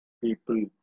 people